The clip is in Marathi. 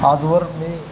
आजवर मी